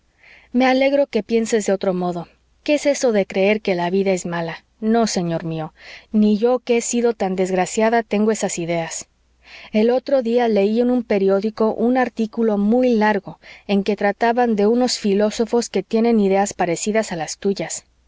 me alegro que pienses de otro modo qué es eso de creer que la vida es mala no señor mío ni yo que he sido tan desgraciada tengo esas ideas el otro día leí en un periódico un artículo muy largo en que trataban de unos filósofos que tienen ideas parecidas a las tuyas